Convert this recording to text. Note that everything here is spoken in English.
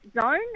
zone